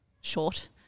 short